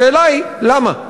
השאלה היא למה.